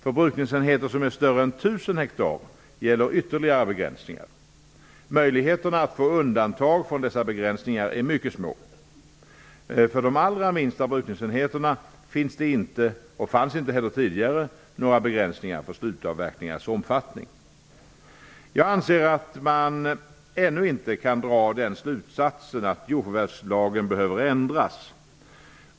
För brukningsenheter som är större än 1 000 ha gäller ytterligare begränsningar. Möjligheterna att få undantag från dessa begränsningar är mycket små. För de allra minsta brukningsenheterna finns det inte och fanns inte heller tidigare några begränsningar för slutavverkningarnas omfattning. Jag anser att man ännu inte kan dra slutsatsen att jordförvärvslagen behöver ändras.